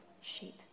sheep